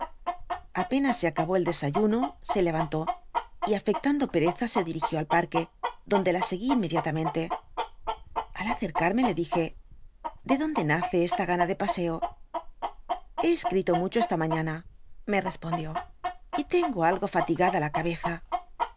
apenas se acabó di desayuno se levantó y afectando pereza se dirigió al parque donde la seguí inmediatamente al acercarme le dije de donde nace esta gana de paseo oc hé escrito mucho esta d mañana me respondió y tengo algo fatigada k cabeza